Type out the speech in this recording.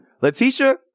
Letitia